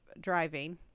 driving